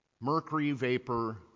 mercury-vapor